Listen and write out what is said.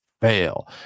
fail